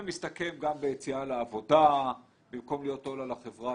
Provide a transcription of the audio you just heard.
זה מסתכם גם ביציאה לעבודה במקום להיות עול על החברה.